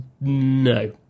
No